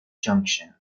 junction